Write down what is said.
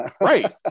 Right